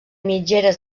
mitgeres